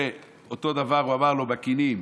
ואותו דבר הוא אמר לו בכינים.